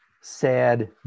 sad